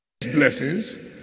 blessings